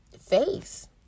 face